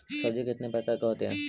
सब्जी कितने प्रकार के होते है?